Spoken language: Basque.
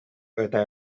eta